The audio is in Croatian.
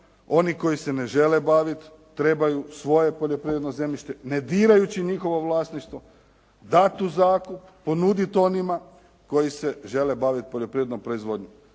oni koji se ne žele baviti trebaju svoje poljoprivredno zemljište ne dirajući njihovo vlasništvo, dati u zakup, ponuditi onima koji se žele baviti poljoprivrednom proizvodnjom.